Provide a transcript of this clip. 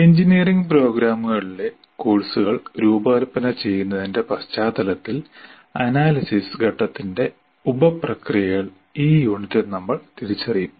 engineering പ്രോഗ്രാമുകളിലെ കോഴ്സുകൾ രൂപകൽപ്പന ചെയ്യുന്നതിന്റെ പശ്ചാത്തലത്തിൽ അനാലിസിസ് ഘട്ടത്തിന്റെ ഉപപ്രക്രിയകൾ ഈ യൂണിറ്റിൽ നമ്മൾ തിരിച്ചറിയും